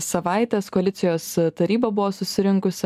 savaitės koalicijos taryba buvo susirinkusi